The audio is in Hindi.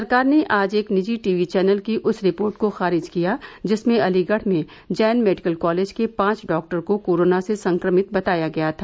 सरकार ने आज एक निजी टीवी चैनल की उस रिपोर्ट को खारिज किया जिसमें अलीगढ़ में जैन मेडिकल कॉलेज के पांच डॉक्टर को कोरोना से संक्रमित बताया गया था